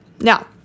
Now